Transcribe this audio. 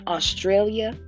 Australia